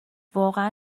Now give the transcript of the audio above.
واقعا